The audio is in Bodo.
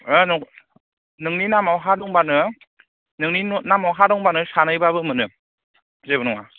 ओ नोंनि नामाव हा दंबानो नोंनि नामाव हा दंबानो सानै बाबो मोनो जेबो नङा